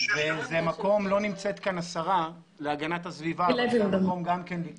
כרגע לא נמצאת כאן השרה להגנת הסביבה אבל אני